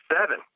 seven